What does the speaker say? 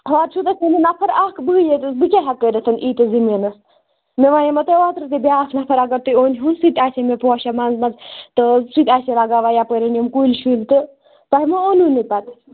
اَز چھِ أسۍ نفر اَکھ بٕے یوت حظ بہٕ کیٛاہ ہیٚکہٕ کٔرِتھ ییٖتِس زٔمیٖنَس مےٚ ؤنیٛامو تۄہہِ اوترٕ تہِ بیٛاکھ نفر اگر تُہۍ أنۍہوٗن سُہ تہِ آسہِ ہا مےٚ پوشَن منٛز منٛز تہٕ سُہ تہِ آسہِ ہا لَگاوان یَپٲرۍ یِم کُلۍ شُلۍ تہٕ تۄہہِ ما اونہونُے پتہٕ